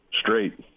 straight